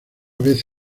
vez